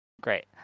Great